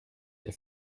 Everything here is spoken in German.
der